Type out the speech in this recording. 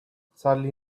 sadly